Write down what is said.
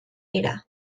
dira